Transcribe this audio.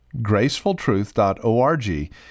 GracefulTruth.org